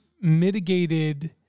mitigated